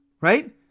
right